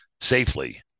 safely